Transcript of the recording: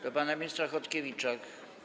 Do pana ministra Chodkiewicza.